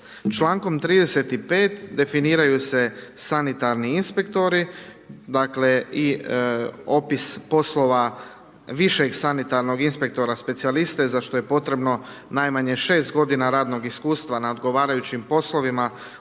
Člankom 35. definiraju se sanitarni inspektori dakle i opis poslova višeg sanitarnog inspektora specijaliste za što je potrebno najmanje 6 godina radnog iskustva na odgovarajućim poslovima